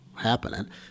happening